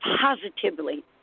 positively